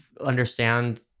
understand